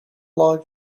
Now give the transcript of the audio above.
log